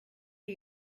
are